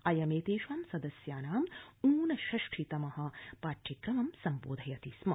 अयं एतेषां सदस्यां ऊनषष्ठि तम पाठ्यक्रमं संबोधयति स्म